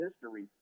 history